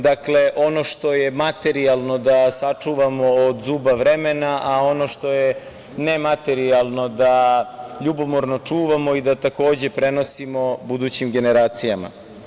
Dakle, ono što je materijalno da sačuvamo od zuba vremena, a ono što je nematerijalno da ljubomorno čuvamo i da to prenosimo budućim generacijama.